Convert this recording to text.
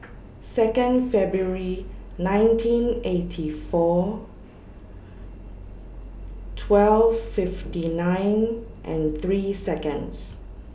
two February nineteen eighty four twelve fifty nine and three Seconds